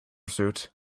suit